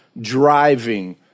driving